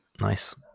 Nice